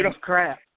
crap